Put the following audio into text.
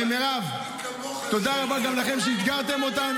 מירב, תודה רבה גם לכם שאתגרתם אותנו